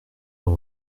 dans